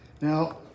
Now